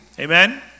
Amen